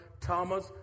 Thomas